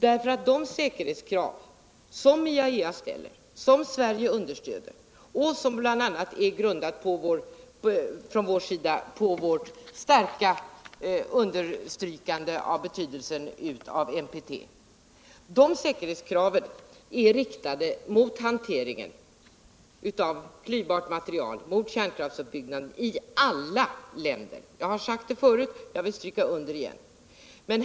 De säkerhetskrav som IAEA ställer — som Sverige understödjer, en inställning från vår sida som bl.a. är grundad på vårt starka understrykande av betydelsen av MPT —är riktade mot hanteringen av klyvbart material, mot kärnkraftsuppbyggnaden i alla länder. Jag har sagt det förut, jag vill stryka under det igen.